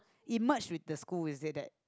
it merged with the school is it that